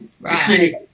Right